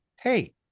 hey